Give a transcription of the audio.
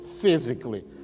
physically